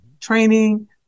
training